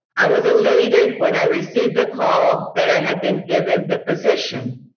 i was elated when i received the call that i had been given the position.